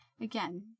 Again